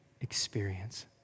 experience